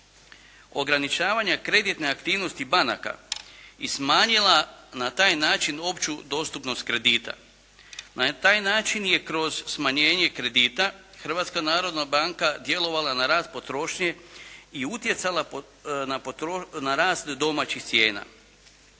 ograničavanje kreditne aktivnosti banaka i smanjila na taj način opću dostupnost kredita. Na taj način je kroz smanjenje kredita Hrvatska narodna banka djelovala na rast potrošnje i utjecala na rast domaćih cijena.